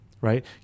right